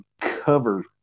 cover